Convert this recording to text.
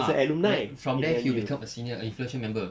ah then from there he'll become a senior influential member